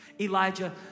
Elijah